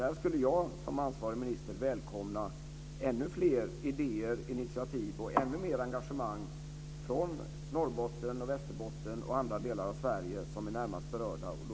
Där skulle jag som ansvarig minister välkomna ännu fler idéer och initiativ, ännu mer engagemang från Norrbotten, Västerbotten och andra delar av Sverige som är närmast berörda.